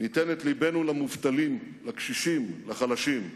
ניתן את לבנו למובטלים, לקשישים, לחלשים.